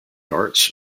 darts